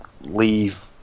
leave